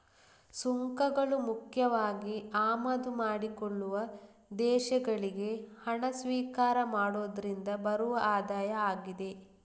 ಸುಂಕಗಳು ಮುಖ್ಯವಾಗಿ ಆಮದು ಮಾಡಿಕೊಳ್ಳುವ ದೇಶಗಳಿಗೆ ಹಣ ಸ್ವೀಕಾರ ಮಾಡುದ್ರಿಂದ ಬರುವ ಆದಾಯ ಆಗಿದೆ